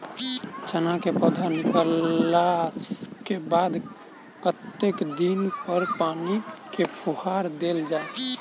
चना केँ पौधा निकलला केँ बाद कत्ते दिन पर पानि केँ फुहार देल जाएँ?